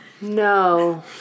No